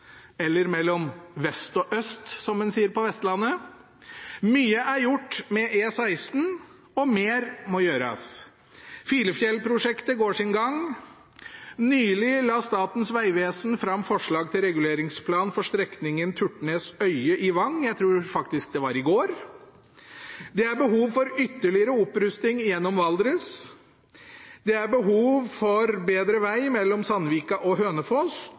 eller mellom vest og øst, som en sier på Vestlandet. Mye er gjort med E16, og mer må gjøres. Filefjell-prosjektet går sin gang. Nylig la Statens vegvesen fram forslag til reguleringsplan for strekningen Turtnes–Øye i Vang – jeg tror faktisk det var i går. Det er behov for ytterligere opprusting gjennom Valdres. Det er behov for bedre veg mellom Sandvika og Hønefoss,